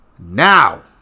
Now